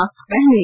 mask पहनें